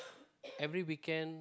every weekend